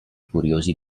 curiosi